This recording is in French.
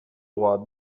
roi